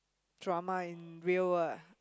drama in real world